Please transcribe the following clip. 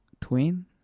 Twin